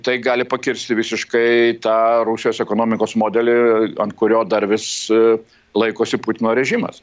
tai gali pakirsti visiškai tą rusijos ekonomikos modelį ant kurio dar vis laikosi putino režimas